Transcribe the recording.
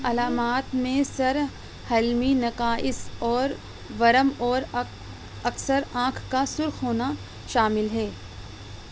علامات میں سر حلمی نکائص اور ورم اور اک اکثر آنکھ کا سرخ ہونا شامل ہے